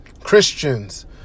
Christians